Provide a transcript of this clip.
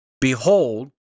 Behold